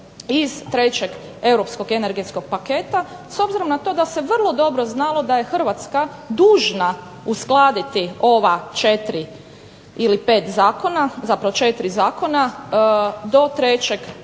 iz 3. europskog energetskog paketa s obzirom na to da se vrlo dobro znalo da je Hrvatska dužna uskladiti ova 4 ili 5 zakona zapravo 4 zakona do